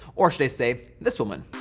or should i say, this woman,